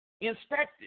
inspected